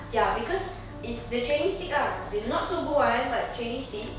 ya because it's the training stick ah the not so good [one] but training stick